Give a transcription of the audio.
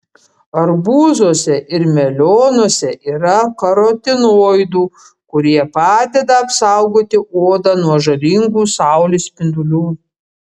arbūzuose ir melionuose yra karotinoidų kurie padeda apsaugoti odą nuo žalingų saulės spindulių